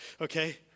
okay